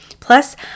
Plus